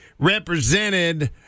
Represented